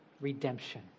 redemption